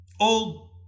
old